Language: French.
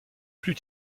plus